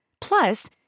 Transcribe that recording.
Plus